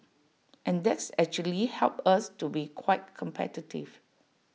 and that's actually helped us to be quite competitive